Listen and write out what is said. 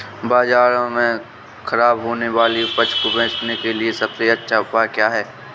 बाज़ार में खराब होने वाली उपज को बेचने के लिए सबसे अच्छा उपाय क्या हैं?